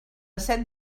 set